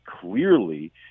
clearly